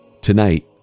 Tonight